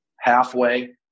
halfway